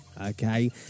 okay